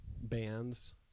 bands